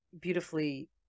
beautifully